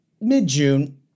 mid-June